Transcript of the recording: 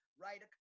write